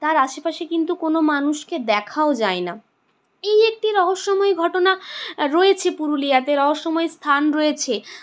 তার আশেপাশে কিন্তু কোনো মানুষকে দেখাও যায় না এই একটি রহস্যময় ঘটনা রয়েছে পুরুলিয়াতে রহস্যময় স্থান রয়েছে